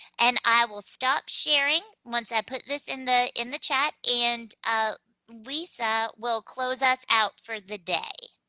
and i will stop sharing once i put this in the in the chat, and ah lisa will close us out for the day.